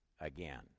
again